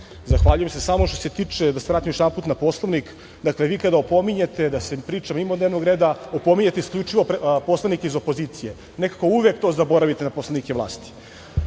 Zahvaljujem se. Samo što se tiče, da se vratim još jednom na Poslovnik, vi kada opominjete da se priča mimo dnevnog reda, opominjete isključivo poslanike iz opozicije, nekako uvek to zaboravite na poslanike vlasti,